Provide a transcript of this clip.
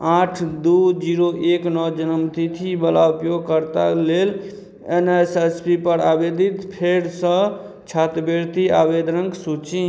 आठ दुइ जीरो एक नओ जनमतिथिवला उपयोगकर्ता लेल एन एस एस पी पर आवेदित फेरसे छात्रवृति आवेदनके सूची